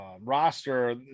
roster